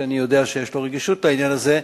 שאני יודע שיש לו רגישות לעניין הזה,